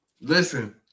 Listen